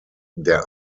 der